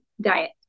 diet